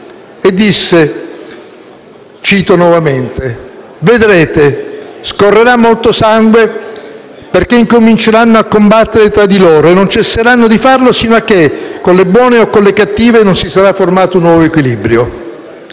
disgregazione. Disse: «Vedrete. Scorrerà molto sangue perché incominceranno a combattere tra di loro e non cesseranno di farlo sino a che, con le buone o con le cattive, non si sarà formato un nuovo equilibrio».